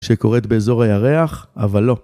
שקורית באזור הירח, אבל לא.